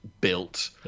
built